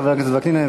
חבר הכנסת וקנין,